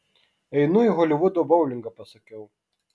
einu į holivudo boulingą pasakiau